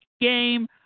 game